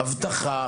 אבטחה